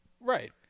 right